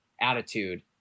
attitude